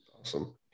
Awesome